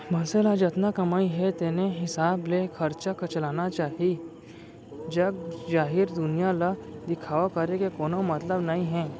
मनसे ल जतना कमई हे तेने हिसाब ले खरचा चलाना चाहीए जग जाहिर दुनिया ल दिखावा करे के कोनो मतलब नइ हे